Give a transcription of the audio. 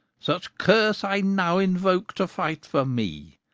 such curse i now invoke to fight for me,